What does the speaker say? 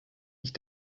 ich